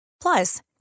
Plus